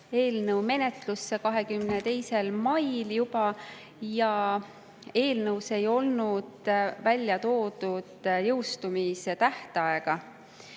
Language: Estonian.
eelnõu menetlusse juba 22. mail ja eelnõus ei olnud välja toodud jõustumistähtaega.